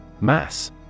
Mass